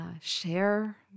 share